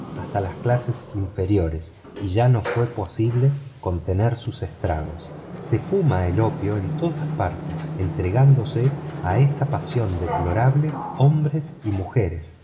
hasta las clases inferiores y ya no fue posible contener sus estragos se fuma el opio en todas partes entregándose a esa inhalación no